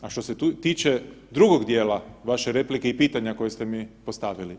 A što se tiče drugog dijela vaše replike i pitanja koje ste mi postavili.